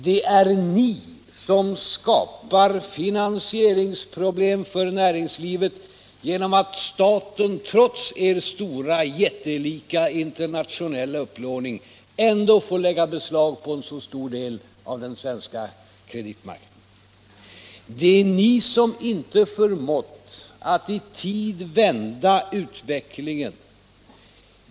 Det är ni som skapar finansieringsproblem för näringslivet genom att staten, trots er jättelika internationella upplåning, får lägga beslag på en så stor del av den svenska kreditmarknaden. Det är ni som inte förmått att i tid vända utvecklingen.